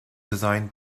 designed